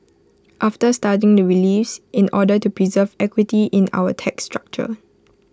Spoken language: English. after studying the reliefs in order to preserve equity in our tax structure